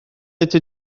ydy